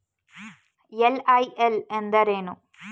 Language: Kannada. ಎಲ್.ಐ.ಎಲ್ ಎಂದರೇನು?